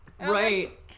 Right